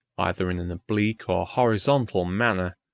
either in an oblique or horizontal manner,